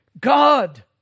God